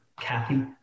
Kathy